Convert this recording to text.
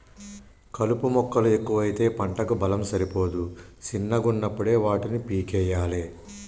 కలుపు మొక్కలు ఎక్కువైతే పంటకు బలం సరిపోదు శిన్నగున్నపుడే వాటిని పీకేయ్యలే